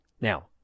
Now